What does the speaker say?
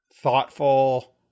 thoughtful